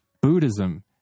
buddhism